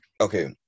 okay